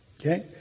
Okay